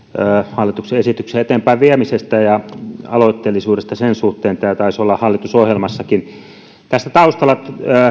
hallituksen esityksen eteenpäinviemisestä ja aloitteellisuudesta sen suhteen tämä taisi olla hallitusohjelmassakin tässä taustalla